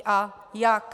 A jak?